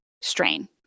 strain